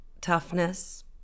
toughness